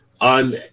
on